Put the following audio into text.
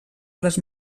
les